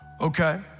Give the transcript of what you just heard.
okay